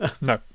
No